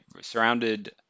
surrounded